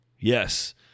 Yes